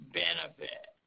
benefit